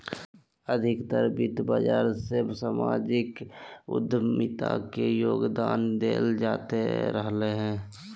अधिकतर वित्त बाजार मे सामाजिक उद्यमिता के योगदान देखल जाते रहलय हें